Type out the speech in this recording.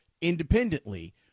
independently